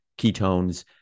ketones